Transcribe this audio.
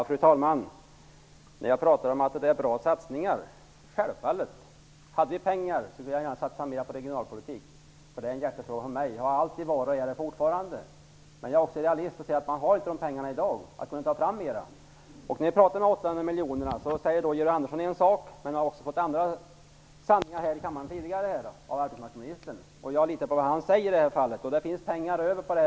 Fru talman! Jag pratar om bra satsningar. Det är självklart så att om det fanns mer pengar skulle jag vilja satsa mer på regionalpolitik. Det har alltid varit och är fortfarande en hjärtefråga för mig. Men jag är också realist. Jag ser att de pengarna inte finns i dag, och då måste mer pengar fram. Ni pratar om 800 miljoner kronor. Georg Andersson säger en sak. Men han har också fått höra andra sanningar tidigare i dag av arbetsmarknadsministern. Jag litar på vad arbetsmarknadsministern säger. Det finns pengar över på kontot.